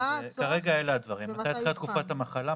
כרגע אלה הדברים: מתי התחילה תקופת המחלה,